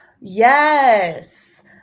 Yes